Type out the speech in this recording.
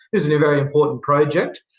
is and a very important project.